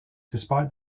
despite